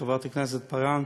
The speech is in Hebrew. חברת הכנסת פארן,